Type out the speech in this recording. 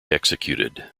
executed